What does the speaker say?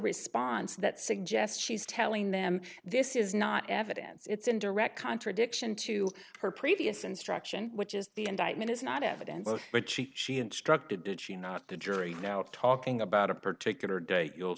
response that suggests she's telling them this is not evidence it's in direct contradiction to her previous instruction which is the indictment is not evidence but she she instructed did she not the jury now talking about a particular date you'll